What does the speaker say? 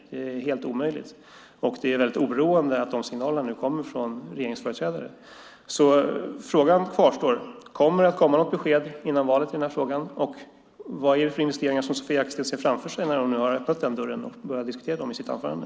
Det är helt omöjligt. Och det är oroande att de signalerna nu kommer från regeringsföreträdare. Frågan kvarstår: Kommer det något besked före valet i den här frågan? Och vad är det för investeringar som Sofia Arkelsten ser framför sig när hon nu har öppnat den dörren och börjat diskutera dem i sitt anförande?